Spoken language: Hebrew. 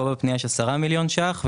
בפנייה הזאת יש 10 מיליון שקלים.